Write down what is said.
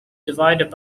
divided